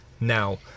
Now